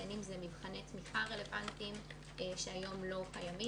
בין אם זה מבחני תמיכה רלוונטיים שהיום לא קיימים,